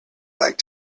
like